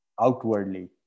outwardly